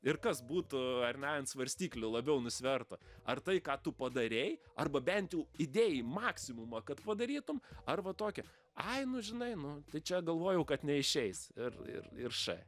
ir kas būtų ar ne ant svarstyklių labiau nusvertų ar tai ką tu padarei arba bent jau idėjai maksimumą kad padarytum ar va tokia ai nu žinai nu tai čia galvojau kad neišeis ir ir ir š